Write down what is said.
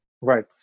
Right